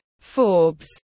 Forbes